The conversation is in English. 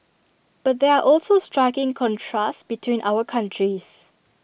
but there are also striking contrasts between our countries